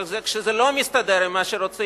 אבל כשזה לא מסתדר עם מה שרוצים,